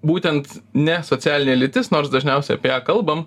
būtent ne socialinė lytis nors dažniausiai apie ją kalbam